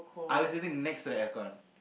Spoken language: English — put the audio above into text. I was sitting next to the air con